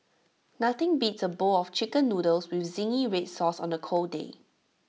nothing beats A bowl of Chicken Noodles with Zingy Red Sauce on the cold day